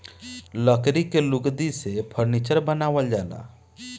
लकड़ी के लुगदी से फर्नीचर बनावल जाला